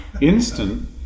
instant